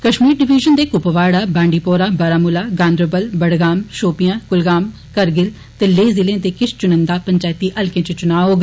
Kashmir division दे कुपवाडा बांडीपोरा बारामुला गांधरबल बड़गाम शौपिया कुलगाम करगिल ते लेह जिले दे किश चुन्दिा पंचैती हल्कें च चुना होग